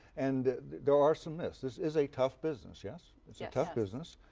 and there are some myths. this is a tough business, yes? it's yeah a tough business,